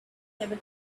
never